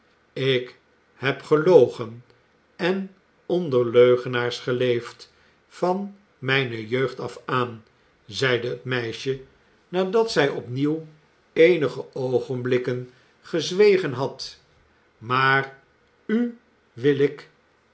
ik heb gelogen en onder leugenaars geleefd van mijne jeugd af aan zeide het meisje nadat zij opnieuw eenige oogenblikken gezwegen had maar u wil ik